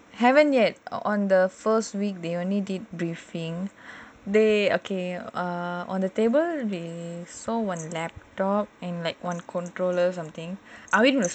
haven't yet on the first week they only did briefing they okay err on the table they show one laptop and like one controller something are we gonna start